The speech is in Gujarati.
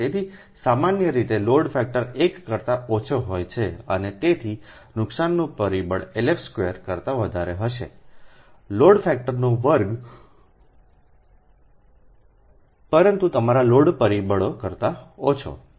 તેથી સામાન્ય રીતે લોડ ફેક્ટર 1 કરતા ઓછા હોય છે અને તેથી નુકસાનનું પરિબળLF2કરતા વધારે હશેલોડ ફેક્ટરનો વર્ગ પરંતુ તમારા લોડ પરિબળો કરતા ઓછો